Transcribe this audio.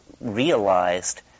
realized